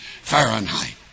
Fahrenheit